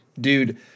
dude